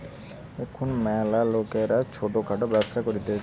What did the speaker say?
এখুন ম্যালা লোকরা ছোট খাটো ব্যবসা করতিছে